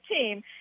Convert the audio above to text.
team